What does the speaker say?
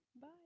Bye